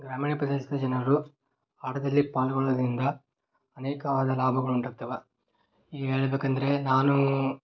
ಗ್ರಾಮೀಣ ಪ್ರದೇಶದ ಜನರು ಆಟದಲ್ಲಿ ಪಾಲ್ಗೊಳ್ಳುವುದ್ರಿಂದ ಅನೇಕವಾದ ಲಾಭಗಳು ಉಂಟಾಗ್ತವೆ ಈಗ ಹೇಳ್ಬೇಕಂದ್ರೆ ನಾನೂ